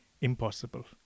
impossible